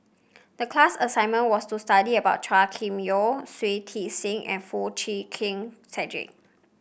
the class assignment was to study about Chua Kim Yeow Shui Tit Sing and Foo Chee Keng Cedric